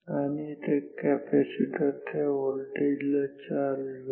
आणि कॅपॅसिटर त्या व्होल्टेज ला चार्ज होईल